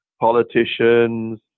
politicians